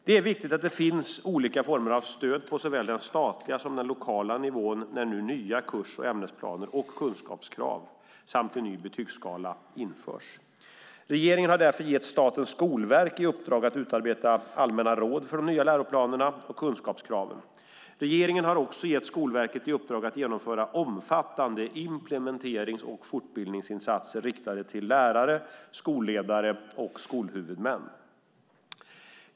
Det är viktigt att det finns olika former av stöd på såväl den statliga som den lokala nivån när nu nya kurs och ämnesplaner och kunskapskrav samt en ny betygsskala införs. Regeringen har därför gett Statens skolverk i uppdrag att utarbeta allmänna råd för de nya läroplanerna och kunskapskraven. Regeringen har också gett Skolverket i uppdrag att genomföra omfattande implementerings och fortbildningsinsatser riktade till lärare, skolledare och skolhuvudmän.